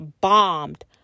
bombed